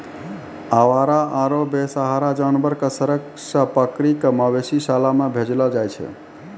आवारा आरो बेसहारा जानवर कॅ सड़क सॅ पकड़ी कॅ मवेशी शाला मॅ भेजलो जाय छै